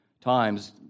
times